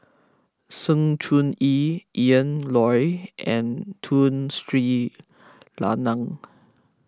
Sng Choon Yee Ian Loy and Tun Sri Lanang